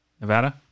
Nevada